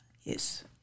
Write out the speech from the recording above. yes